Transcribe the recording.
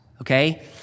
okay